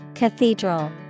Cathedral